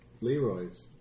Leroy's